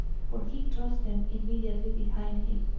for he thrust them immediately behind him,